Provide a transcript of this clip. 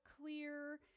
clear